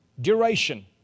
duration